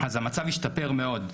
אז המצב השתפר מאוד,